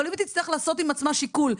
אבל אם היא תצטרך לעשות עם עצמה שיקול,